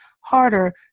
harder